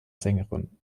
sängerin